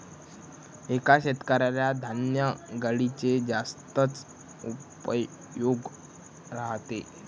एका शेतकऱ्याला धान्य गाडीचे जास्तच उपयोग राहते